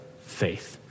faith